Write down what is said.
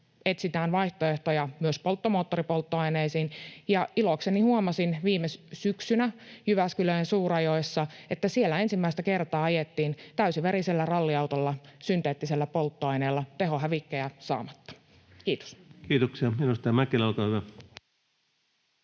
etsitään vaihtoehtoja myös polttomoottoripolttoaineisiin. Ja ilokseni huomasin viime syksynä Jyväskylän Suurajoissa, että siellä ensimmäistä kertaa ajettiin täysiverisellä ralliautolla synteettisellä polttoaineella tehohävikkejä saamatta. — Kiitos. Kiitoksia. — Edustaja Mäkelä, olkaa hyvä.